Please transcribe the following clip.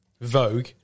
Vogue